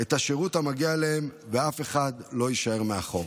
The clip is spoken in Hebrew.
את השירות המגיע להם ואף אחד לא יישאר מאחור.